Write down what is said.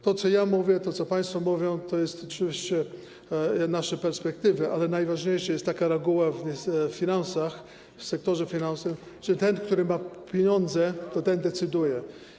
To, co ja mówię, to, co państwo mówią, to są oczywiście nasze perspektywy, ale najważniejsza jest taka reguła w finansach, w sektorze finansów, że ten, który ma pieniądze, decyduje.